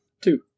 Two